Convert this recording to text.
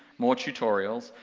more tutorials,